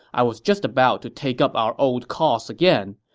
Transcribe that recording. i was just about to take up our old cause again,